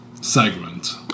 segment